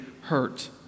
hurt